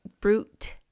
brute-